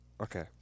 okay